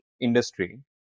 industry